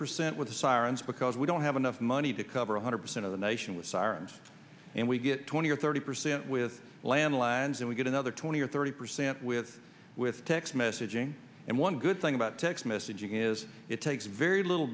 percent with the sirens because we don't have enough money to cover one hundred percent of the nation with sirens and we get twenty or thirty percent with landlines and we get another twenty or thirty percent with with text messaging and one good thing about text messaging is it takes very little